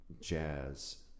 jazz